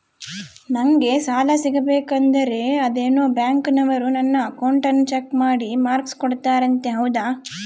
ನಂಗೆ ಸಾಲ ಸಿಗಬೇಕಂದರ ಅದೇನೋ ಬ್ಯಾಂಕನವರು ನನ್ನ ಅಕೌಂಟನ್ನ ಚೆಕ್ ಮಾಡಿ ಮಾರ್ಕ್ಸ್ ಕೋಡ್ತಾರಂತೆ ಹೌದಾ?